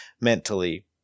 mentally